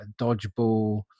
dodgeball